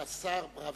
השר ברוורמן.